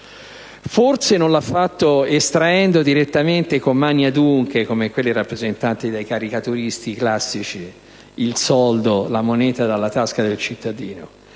Forse non l'ha fatto estraendo direttamente con mani adunche, come quelle rappresentate dai caricaturisti classici, la moneta dalla tasca del cittadino,